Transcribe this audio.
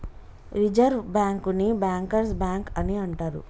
reserve బ్యాంకుని bankers bank అని అంటరు